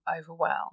overwhelmed